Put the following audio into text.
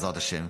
בעזרת השם,